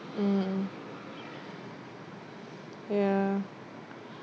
mm ya